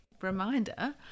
reminder